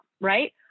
right